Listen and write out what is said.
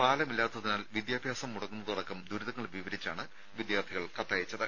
പാലമില്ലാത്തതിനാൽ വിദ്യാഭ്യാസം മുടങ്ങുന്നതടക്കം ദുരിതങ്ങൾ വിവരിച്ചാണ് വിദ്യാർത്ഥികൾ കത്തയച്ചത്